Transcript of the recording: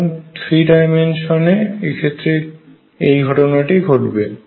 সুতরাং three dimension এ এক্ষেত্রে এই ঘটনাটি ঘটবে